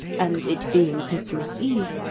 and, it being christmas eve,